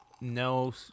no